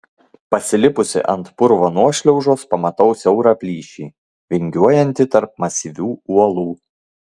pasilipusi ant purvo nuošliaužos pamatau siaurą plyšį vingiuojantį tarp masyvių uolų